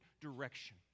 direction